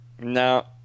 No